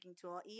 tool